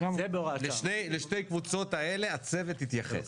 לשתי הקבוצות האלה הצוות התייחס.